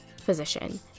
physician